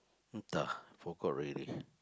entah forgot already